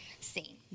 seen